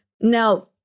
Now